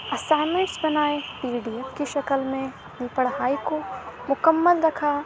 assignments بنائے video کی شکل میں پڑھائی کو مکمل رکھا